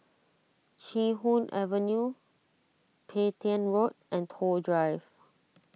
Chee Hoon Avenue Petain Road and Toh Drive